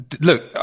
look